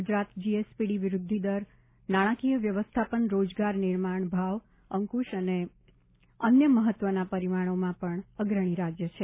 Gujarat GSDP વૃધ્ધિ દર નાણાકીય વ્યવસ્થાપન રોજગાર નિર્માણ ભાવ અંકુશ અને અન્ય મહત્વના પરિમાણોમાં અગ્રણી રાજ્ય છે